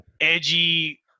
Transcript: edgy